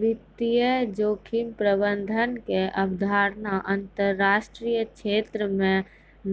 वित्तीय जोखिम प्रबंधन के अवधारणा अंतरराष्ट्रीय क्षेत्र मे